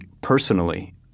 personally